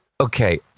Okay